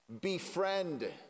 Befriend